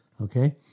Okay